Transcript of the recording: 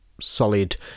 solid